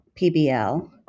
PBL